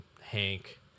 Hank